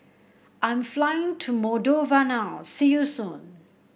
I'm flying to Moldova now see you soon